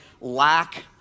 lack